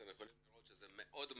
אתם יכולים לראות שזה מאוד אינטואיטיבי,